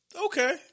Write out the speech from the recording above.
Okay